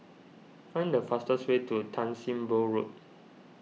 find the fastest way to Tan Sim Boh Road